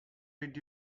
did